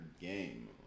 game